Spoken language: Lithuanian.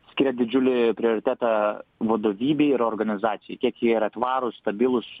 skiria didžiulį prioritetą vadovybei ir organizacijai kiek jie yra tvarūs stabilūs